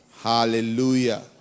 Hallelujah